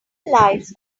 lives